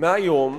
שמהיום